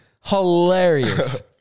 hilarious